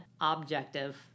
objective